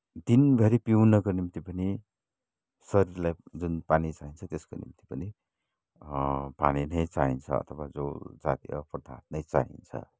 दिनभरि पिउनको निम्ति पनि शरीरलाई जुन पानी चाहिन्छ त्यसको निम्ति पनि पानी नै चाहिन्छ अथवा जल जातीय पदार्थ नै चाहिन्छ